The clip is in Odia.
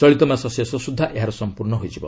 ଚଳିତ ମାସ ଶେଷ ସୁଦ୍ଧା ଏହା ସମ୍ପୂର୍ଣ୍ଣ ହୋଇଯିବ